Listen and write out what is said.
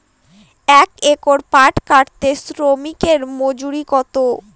এক একর পাট কাটতে শ্রমিকের মজুরি কত?